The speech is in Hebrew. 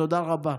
תודה רבה.